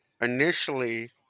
initially